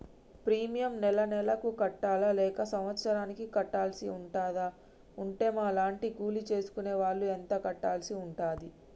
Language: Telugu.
ప్రీమియం నెల నెలకు కట్టాలా లేక సంవత్సరానికి కట్టాల్సి ఉంటదా? ఉంటే మా లాంటి కూలి చేసుకునే వాళ్లు ఎంత కట్టాల్సి ఉంటది?